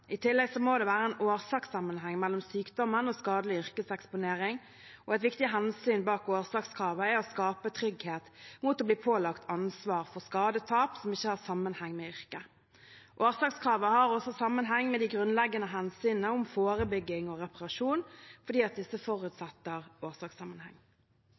I tillegg må det være årsakssammenheng mellom sykdommen og skadelig yrkeseksponering. Et viktig hensyn bak årsakskravet er å skape trygghet mot å bli pålagt ansvar for skade/tap som ikke har sammenheng med yrket. Årsakskravet har også sammenheng med de grunnleggende hensynene om forebygging og reparasjon, fordi disse